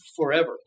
Forever